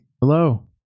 hello